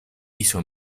hizo